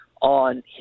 on